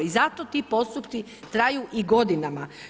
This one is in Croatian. I zato ti postupci traju i godinama.